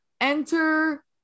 enter